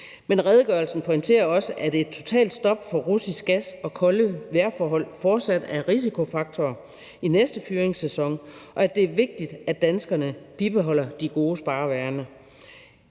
Men redegørelsen pointerer også, at et totalt stop for russisk gas og kolde vejrforhold fortsat er risikofaktorer i næste fyringssæsonen, og at det er vigtigt, at danskerne bibeholder de gode sparevaner.